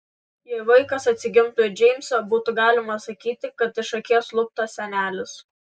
jei vaikas atsigimtų į džeimsą būtų galima sakyti kad iš akies luptas senelis